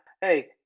hey